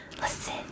listen